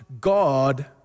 God